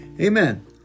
Amen